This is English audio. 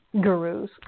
gurus